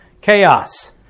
Chaos